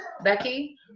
Becky